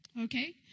Okay